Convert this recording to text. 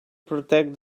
protect